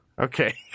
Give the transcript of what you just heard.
Okay